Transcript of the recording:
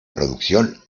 producción